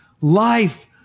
life